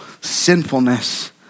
sinfulness